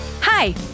Hi